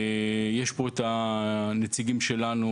יש פה את הנציגים שלנו,